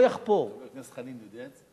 "לא יחפור" חבר הכנסת חנין יודע את זה?